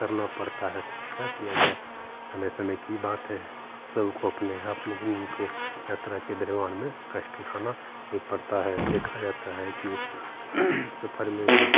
करना पड़ता है क्या किया जाएँ समय समय की बात है सबको अपने आप को जिंदगी में यात्रा के दरम्यान में कष्ट उठाना ही पड़ता है देखा जाता है कि सफर में भी